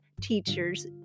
teacher's